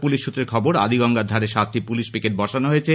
police সৃত্রে খবর আদিগঙ্গার ধারে সাতটি পুলিস পিকেট বসানো হয়েছে